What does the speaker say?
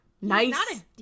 nice